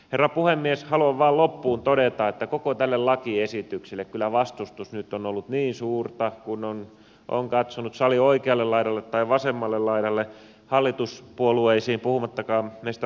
haluan vain loppuun todeta että koko tälle lakiesitykselle kyllä vastustus on ollut niin suurta kun on katsonut salin oikealle laidalle tai vasemmalle laidalle hallituspuolueisiin puhumattakaan meistä oppositiopuolueista